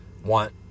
want